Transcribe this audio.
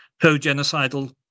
Co-genocidal